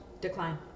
decline